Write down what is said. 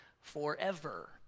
forever